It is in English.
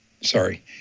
Sorry